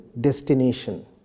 destination